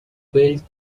twelve